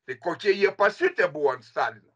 tai kokie jie pasiutę buvo ant stalino